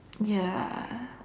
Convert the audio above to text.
ya